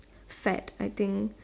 fad I think